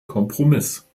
kompromiss